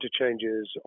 interchanges